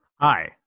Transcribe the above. Hi